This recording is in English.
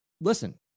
Listen